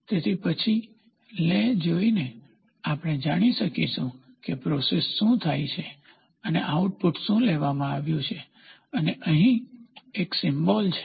તેથી પછી લે જોઈને આપણે જાણી શકીશું કે પ્રોસેસ શું થાઈ છે અને આઉટપુટ શું લેવામાં આવ્યું છે અને અહીં એક સિમ્બોલ છે